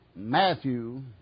Matthew